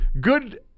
Good